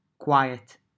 quiet